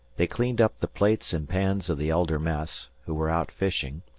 they cleaned up the plates and pans of the elder mess, who were out fishing,